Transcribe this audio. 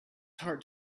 heart